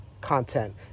content